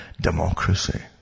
democracy